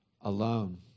alone